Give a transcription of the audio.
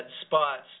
spots